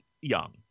young